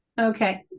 Okay